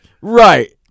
Right